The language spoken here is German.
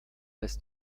ist